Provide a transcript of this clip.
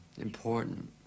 important